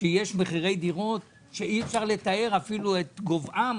כשיש מחירי דירות שאי-אפשר לתאר את גובהן